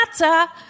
matter